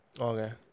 Okay